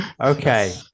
okay